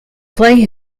play